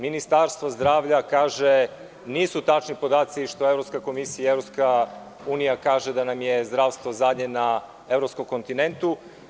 Ministarstvo zdravlja kaže da nisu tačni podaci koje je Evropska komisija i EU da nam je zdravstvo zadnje na evropskom kontinentu.